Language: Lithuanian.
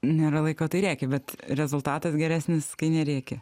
nėra laiko tai reikia bet rezultatas geresnis kai nerėki